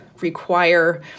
require